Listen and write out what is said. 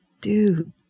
Dude